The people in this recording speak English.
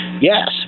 yes